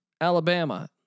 Alabama